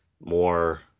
more